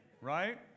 right